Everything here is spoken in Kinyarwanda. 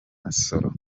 masoro